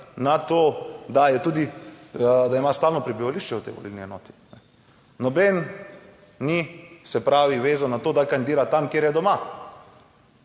je tudi, da ima stalno prebivališče v tej volilni enoti. Noben ni, se pravi, vezan na to, da kandidira tam, kjer je doma.